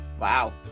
Wow